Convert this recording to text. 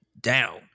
down